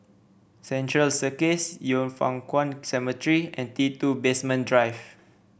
Central Circus Yin Foh Kuan Cemetery and T two Basement Drive